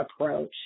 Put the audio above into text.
approach